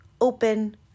open